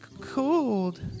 cold